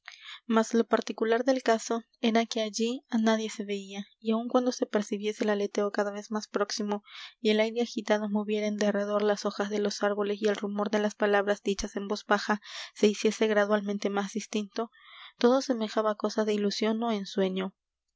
mas lo particular del caso era que allí á nadie se veía y aun cuando se percibiese el aleteo cada vez más próximo y el aire agitado moviera en derredor las hojas de los árboles y el rumor de las palabras dichas en voz baja se hiciese gradualmente más distinto todo semejaba cosa de ilusión ó ensueño